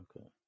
Okay